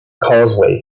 causeway